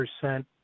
percent